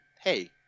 hey